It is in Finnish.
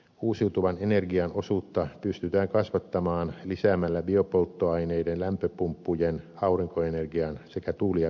uusiutuvan energian osuutta pystytään kasvattamaan lisäämällä biopolttoaineiden lämpöpumppujen aurinkoenergian sekä tuuli ja vesivoiman käyttöä